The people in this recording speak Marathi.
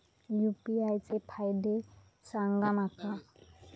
यू.पी.आय चे फायदे सांगा माका?